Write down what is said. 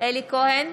אלי כהן,